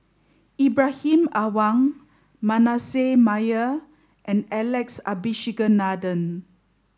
Ibrahim Awang Manasseh Meyer and Alex Abisheganaden